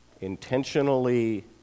Intentionally